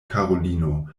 karolino